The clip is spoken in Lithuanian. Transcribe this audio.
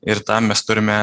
ir tam mes turime